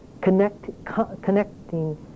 Connecting